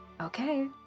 Okay